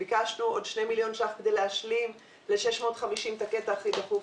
ביקשנו עוד 2 מיליון ש"ח כדי להשלים ל-650 את הקטע הכי דחוף,